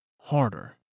harder